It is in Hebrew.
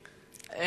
הבנייה.